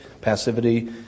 passivity